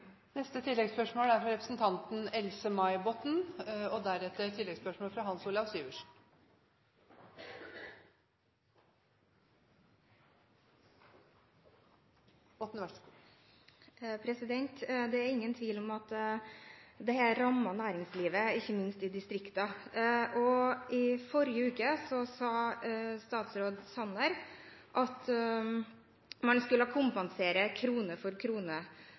Det er ingen tvil om at dette rammer næringslivet, ikke minst i distriktene. I forrige uke sa statsråd Sanner at man skulle kompensere krone for krone.